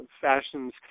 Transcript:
fashions